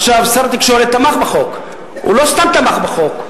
שר התקשורת תמך בחוק, הוא לא סתם תמך בחוק.